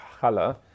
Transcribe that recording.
color